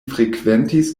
frekventis